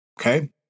okay